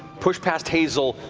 push past hazel,